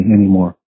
anymore